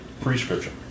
Prescription